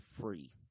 free